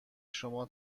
شما